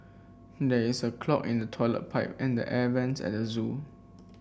there is a clog in the toilet pipe and the air vents at the zoo